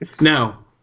Now